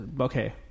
Okay